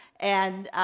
and,